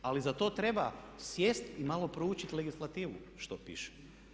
Ali za to treba sjesti i malo proučiti legislativu što piše.